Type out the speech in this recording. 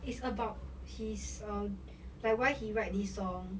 it's about his uh like why he right this song